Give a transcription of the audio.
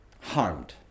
harmed